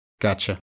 Gotcha